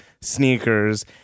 sneakers